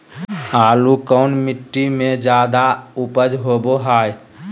आलू कौन मिट्टी में जादा ऊपज होबो हाय?